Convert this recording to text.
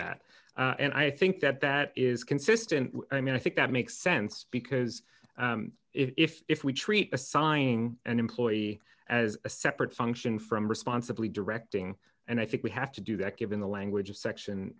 that and i think that that is consistent i mean i think that makes sense because if we treat assigning an employee as a separate function from responsibly directing and i think we have to do that given the language of section